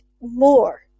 more